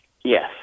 Yes